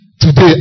today